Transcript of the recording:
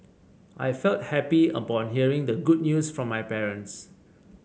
I felt happy upon hearing the good news from my parents